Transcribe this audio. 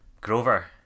Grover